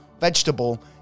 vegetable